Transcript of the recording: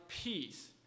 Peace